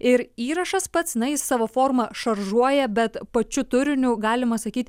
ir įrašas pats na jis savo forma šaržuoja bet pačiu turiniu galima sakyt